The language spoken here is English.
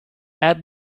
add